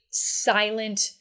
silent